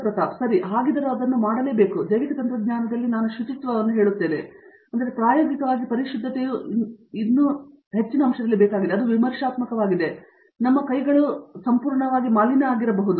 ಪ್ರತಾಪ್ ಹರಿಡೋಸ್ ಸರಿ ಮತ್ತು ಹಾಗಿದ್ದರೂ ಸಹ ಅದನ್ನು ಮಾಡಲೇಬೇಕಿತ್ತು ಜೈವಿಕ ತಂತ್ರಜ್ಞಾನದಲ್ಲಿ ನಾನು ಶುಚಿತ್ವವನ್ನು ಹೇಳುತ್ತೇನೆ ಮತ್ತು ನಿಮಗೆ ತಿಳಿದಿದೆ ಪ್ರಾಯೋಗಿಕವಾಗಿ ಪರಿಶುದ್ಧತೆಯು ಇನ್ನೂ ಹೆಚ್ಚಿನ ವಿಮರ್ಶಾತ್ಮಕವಾಗಿದೆ ಏಕೆಂದರೆ ನಮ್ಮ ಕೈಗಳು ತಾವೇ ಸಂಪೂರ್ಣವಾಗಿ ಮಾಲಿನ್ಯ ಆಗಿರಬಹುದು